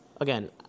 again